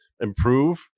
improve